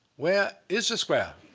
where is the square?